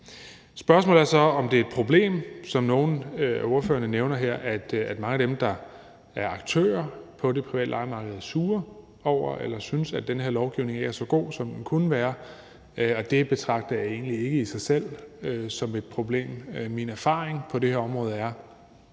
Spørgsmålet er så, som nogle af ordførerne nævner her, om det er et problem, at mange af dem, der er aktører på det private lejemarked, er sure over eller synes, at den her lovgivning ikke er så god, som den kunne være. Det betragter jeg egentlig ikke i sig selv som et problem. Min erfaring på det her område er,